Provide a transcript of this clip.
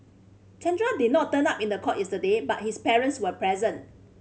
Chandra did not turn up in court yesterday but his parents were present